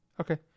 Okay